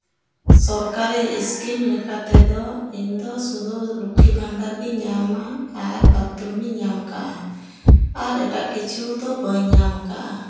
ᱥᱚᱨᱠᱟᱨᱤ ᱥᱠᱤᱢ ᱞᱮᱠᱟᱛᱮᱫᱚ ᱤᱧ ᱫᱚ ᱥᱩᱫᱩ ᱞᱚᱠᱠᱷᱤᱨ ᱵᱷᱟᱱᱰᱟᱨ ᱜᱮᱧ ᱧᱟᱢᱟ ᱟᱨ ᱵᱟᱛᱷᱨᱩᱢᱤᱧ ᱧᱟᱢ ᱠᱟᱜᱼᱟ ᱟᱨ ᱮᱴᱟᱜ ᱠᱤᱪᱷᱩ ᱫᱚ ᱵᱟᱹᱧ ᱧᱟᱢ ᱠᱟᱜᱼᱟ